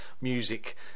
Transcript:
music